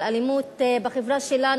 אלימות בחברה שלנו,